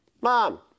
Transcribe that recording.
mom